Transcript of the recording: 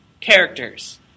characters